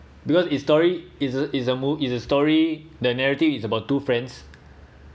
because is story is a is a is a story the narrative is about two friends